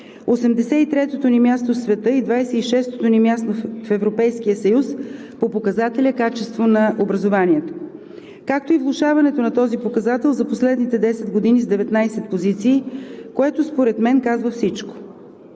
83-тото ни място в света и 26-тото ни място в Европейския съюз по показателя „качество на образованието“, както и влошаването на този показател за последните десет години с 19 позиции, което според мен казва всичко